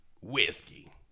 whiskey